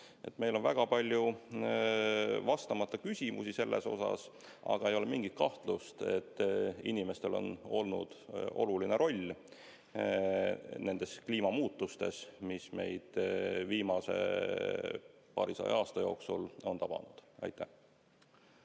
Meil on väga palju vastamata küsimusi. Aga ei ole mingit kahtlust, et inimestel on olnud oluline roll nendes kliimamuutustes, mis meid viimase paarisaja aasta jooksul on tabanud. Aitäh,